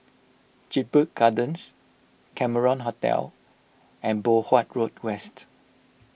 Jedburgh Gardens Cameron Hotel and Poh Huat Road West